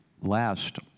last